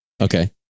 Okay